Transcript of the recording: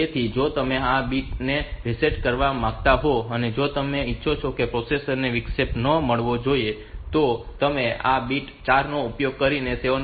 તેથી જો તમે આ બીટ ને રીસેટ કરવા માંગતા હોવ તો જો તમે ઈચ્છો કે પ્રોસેસર ને વિક્ષેપ ન મળવો જોઈએ તો તમે આ બીટ 4 નો ઉપયોગ કરીને આ 7